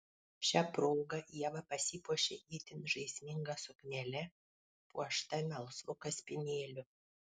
šia proga ieva pasipuošė itin žaisminga suknele puošta melsvu kaspinėliu